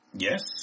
Yes